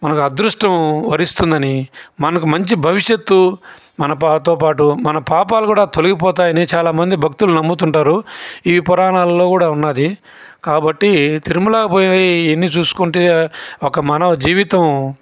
మనకి అదృష్టం వరిస్తుందని మనకి మంచి భవిష్యత్తు మనతో పాటు మన పాపాలు కూడా తొలగిపోతాయని చాలామంది భక్తులను నమ్ముతుంటారు ఈ పురాణాల్లో కూడా ఉంది కాబట్టి తిరుమలకి పోయి ఇవన్ని చూసుకుంటే ఒక మానవ జీవితం